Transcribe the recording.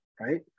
right